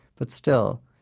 but still,